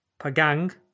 Pagang